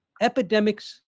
epidemics